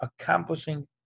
accomplishing